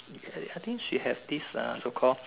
I think she have this uh so called